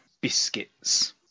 Biscuits